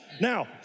Now